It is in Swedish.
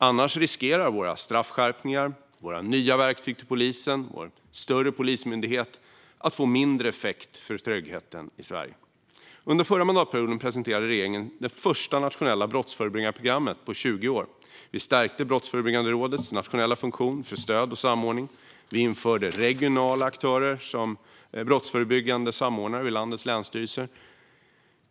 Annars riskerar våra straffskärpningar, våra nya verktyg till polisen och vår större polismyndighet att få mindre effekt för tryggheten i Sverige. Under förra mandatperioden presenterade regeringen det första nationella brottsförebyggande programmet på 20 år. Vi stärkte Brottsförebyggande rådets nationella funktion för stöd och samordning. Vi införde regionala aktörer som brottsförebyggande samordnare vid landets länsstyrelser.